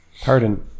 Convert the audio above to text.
Pardon